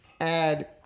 add